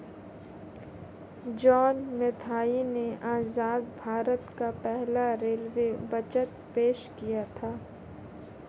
John Mathai ने आजाद भारत का पहला रेलवे बजट पेश किया था